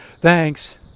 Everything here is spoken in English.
Thanks